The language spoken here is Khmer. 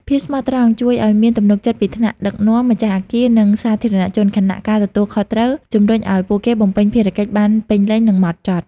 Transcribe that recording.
ភាពស្មោះត្រង់ ជួយឲ្យមានទំនុកចិត្តពីថ្នាក់ដឹកនាំ ម្ចាស់អគារ និងសាធារណជន ខណៈការទទួលខុសត្រូវ ជំរុញឲ្យពួកគេបំពេញភារកិច្ចបានពេញលេញ និងម៉ត់ចត់។